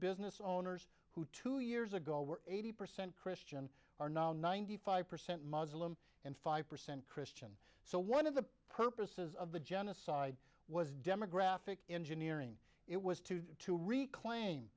business owners who two years ago were eighty percent christian are now ninety five percent muslim and five percent christian so one of the purposes of the genocide was demographic engineering it was to do to reclaim